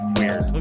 weird